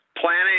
planning